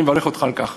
אני מברך אותך על כך.